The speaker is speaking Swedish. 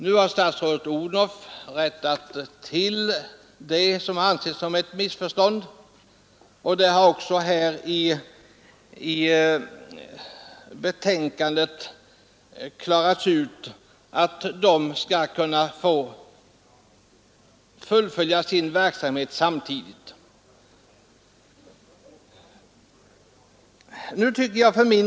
Nu har statsrådet Odhnoff rättat till det som ansetts som ett missförstånd, och det har också i betänkandet uttalats, att de skall få bedriva sin verksamhet samtidigt som den kommunala förskolan.